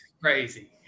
crazy